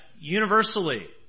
universally